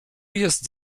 jest